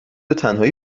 تنهایی